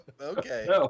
okay